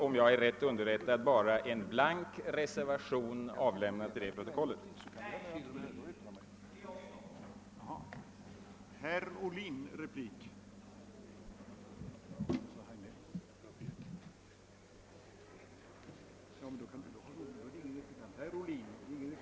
Om jag är riktigt underrättad rörde det sig vid utskottsbehandlingen om en blank reservation avlämnad till det protokollet.